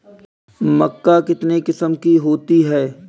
मक्का कितने किस्म की होती है?